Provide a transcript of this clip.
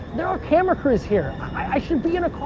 there are camera crews here. i should be in a car,